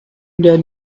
the